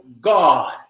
God